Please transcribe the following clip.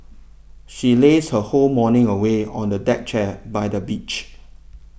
she lazed her whole morning away on a deck chair by the beach